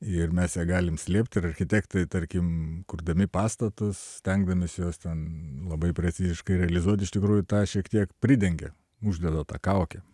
ir mes ją galim slėpt ir architektai tarkim kurdami pastatus stengdamiesi juos ten labai preciziškai realizuoti iš tikrųjų tą šiek tiek pridengia uždeda tą kaukę